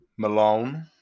Malone